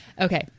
Okay